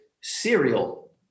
cereal